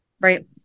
Right